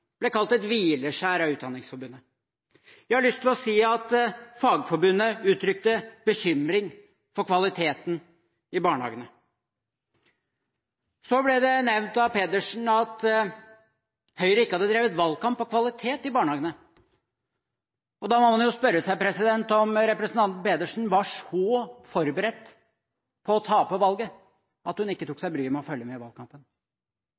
ble kalt et hvileskjær av Utdanningsforbundet. Jeg har lyst til å si at Fagforbundet uttrykte bekymring for kvaliteten i barnehagene. Det ble nevnt av representanten Pedersen at Høyre ikke hadde drevet valgkamp på kvalitet i barnehagene. Da må man jo spørre seg om representanten Pedersen var så forberedt på å tape valget at hun ikke tok seg bryet med å følge med i valgkampen,